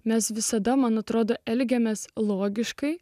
mes visada man atrodo elgiamės logiškai